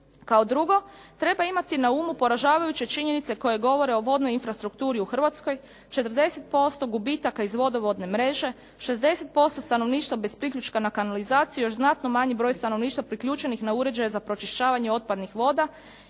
Kao drugo, treba imati na umu poražavajuće činjenice koje govore o vodnoj infrastrukturi u Hrvatskoj, 40% gubitaka iz vodovodne mreže, 60% stanovništva bez priključka na kanalizaciju, i još znatno manji broj stanovništva priključenih na uređaje za pročišćavanje otpadnih voda,